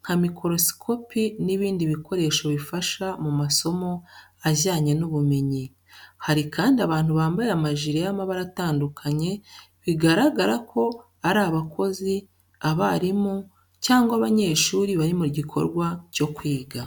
nka mikorosipikopi n’ibindi bikoresho bifasha mu masomo ajyanye n’ubumenyi. Hari kandi abantu bambaye amajire y'amabara atandukanye bigaragara ko ari abakozi, abarimu cyangwa abanyeshuri bari mu gikorwa cyo kwiga.